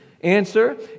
answer